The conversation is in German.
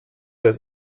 des